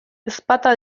ezpata